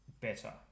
better